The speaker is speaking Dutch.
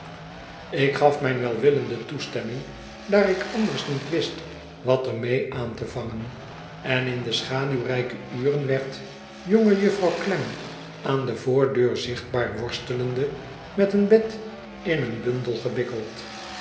ik gaf myn wel willende toestemming daar ik anders niet wist wat er mee aan te vangen en in de schaduwrijke uren werd jongejuffrouw klem aan de voordeur zichtbaar worstelende met een bed in een bundel gewikkeld